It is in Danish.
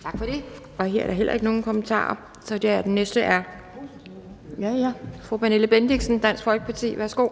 Kl. 16:07 Anden næstformand (Pia Kjærsgaard): Tak for det. Og her er der heller ikke nogen kommentarer, så den næste er fru Pernille Bendixen, Dansk Folkeparti. Værsgo.